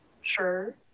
Sure